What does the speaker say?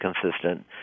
consistent